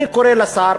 אני קורא לשר,